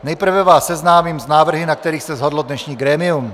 Nejprve vás seznámím s návrhy, na kterých se shodlo dnešní grémium.